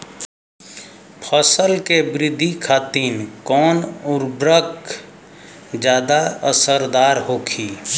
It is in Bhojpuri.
फसल के वृद्धि खातिन कवन उर्वरक ज्यादा असरदार होखि?